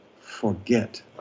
forget